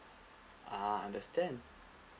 ah understand